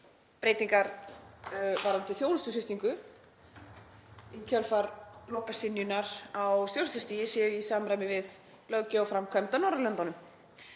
breytingar varðandi þjónustusviptingu í kjölfar lokasynjunar á stjórnsýslustigi séu í samræmi við löggjöf og framkvæmd á Norðurlöndunum.